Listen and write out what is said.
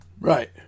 Right